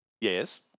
yes